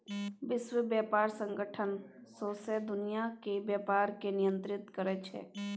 विश्व बेपार संगठन सौंसे दुनियाँ केर बेपार केँ नियंत्रित करै छै